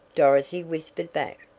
dorothy whispered back.